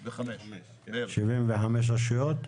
75 רשויות?